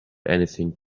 anything